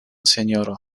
sinjoro